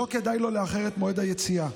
שלא כדאי לו לאחר את מועד היציאה,